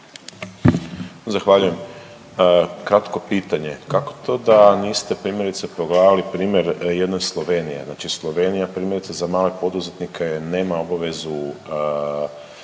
Zahvaljujem. Kratko pitanje kako to da niste primjerice provjeravali primjer jedne Slovenije. Znači Slovenija primjerice za male poduzetnike nema obavezu